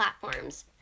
platforms